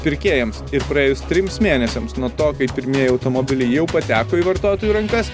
pirkėjams ir praėjus trims mėnesiams nuo to kai pirmieji automobiliai jau pateko į vartotojų rankas